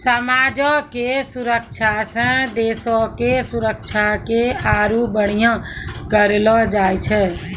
समाजो के सुरक्षा से देशो के सुरक्षा के आरु बढ़िया करलो जाय छै